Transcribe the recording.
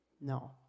No